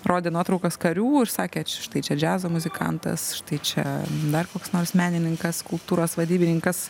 rodė nuotraukas karių ir sakė štai čia džiazo muzikantas štai čia dar koks nors menininkas kultūros vadybininkas